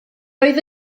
oedd